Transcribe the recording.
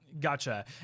Gotcha